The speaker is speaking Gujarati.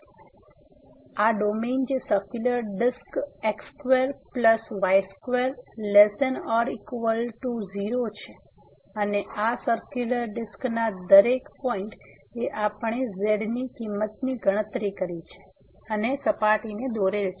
તેથી અહીં આ ડોમેન જે circular disc x square plus y square less than equal to 0 છે અને આ સર્ક્યુલર ડિસ્કના દરેક પોઈન્ટએ આપણે z ની કિંમતની ગણતરી કરી છે અને સપાટી ને દોરેલ છે